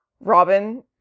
Robin